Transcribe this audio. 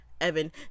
Evan